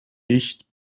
dicht